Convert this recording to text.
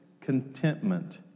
contentment